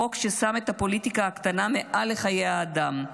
חוק ששם את הפוליטיקה הקטנה מעל לחיי האדם.